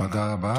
תודה רבה.